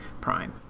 prime